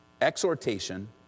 exhortation